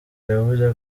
yavuze